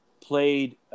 played